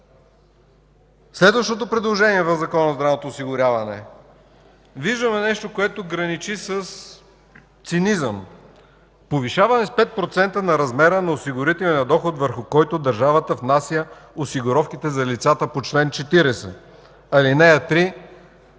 Следващото предложение в Закона за здравното осигуряване – виждаме нещо, което граничи с цинизъм – повишаване с 5% на размера на осигурителния доход, върху който държавата внася осигуровките за лицата по чл. 40, ал. 3